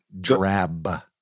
Drab